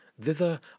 thither